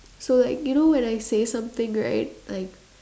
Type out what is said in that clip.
so like you know when I say something right like